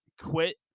quit